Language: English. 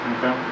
Okay